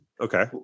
Okay